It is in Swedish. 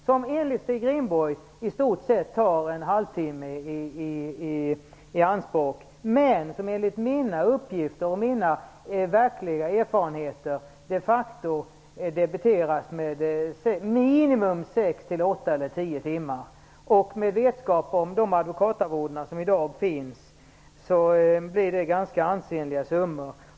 Detta tar enligt Stig Rindborg i stort sett en halvtimme i anspråk, men enligt mina uppgifter och mina verkliga erfarenheter debiteras en sådan tjänst med minimum sex, åtta eller tio timmar. Med tanke på dagens advokatarvoden blir det då ganska ansenliga summor.